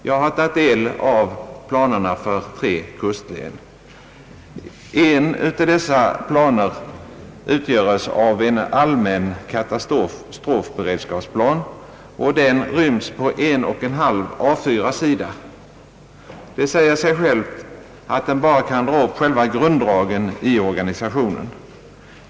Jag har tagit del av planerna för tre kustlän. En av dessa planer utgörs av en allmän katastrofberedskapsplan, och den ryms på en och en halv A-4-sida. Det säger sig självt att den bara kan dra upp själva grunddragen i organisationen.